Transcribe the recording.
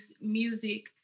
music